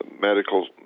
medical